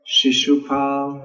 Shishupal